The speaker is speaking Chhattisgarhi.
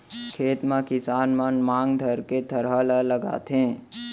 खेत म किसान मन मांग धरके थरहा ल लगाथें